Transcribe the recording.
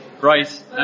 right